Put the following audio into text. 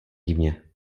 divně